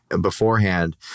beforehand